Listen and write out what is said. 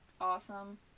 awesome